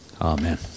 Amen